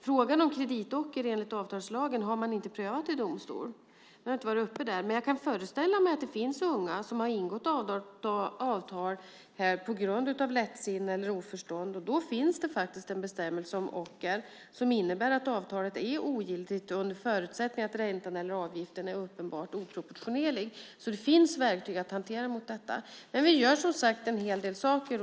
Frågan om kreditocker enligt avtalslagen har man inte prövat i domstol. Den har inte varit uppe där. Men jag kan föreställa mig att det finns unga som har ingått avtal på grund av lättsinne eller oförstånd, och då finns det faktiskt en bestämmelse om ocker, som innebär att avtalet är ogiltigt under förutsättning att räntan eller avgiften är uppenbart oproportionerlig. Det finns alltså verktyg för att hantera detta. Vi gör, som sagt, en hel del saker.